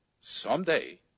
someday